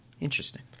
Interesting